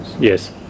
Yes